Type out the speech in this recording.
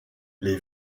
les